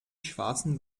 schwarzen